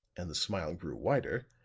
and the smile grew wider,